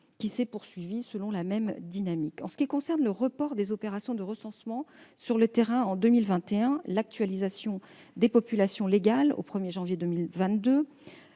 qui s'est poursuivie selon la même dynamique. En ce qui concerne le report des opérations de recensement sur le terrain en 2021 et l'actualisation des populations légales au 1 janvier 2022,